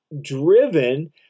driven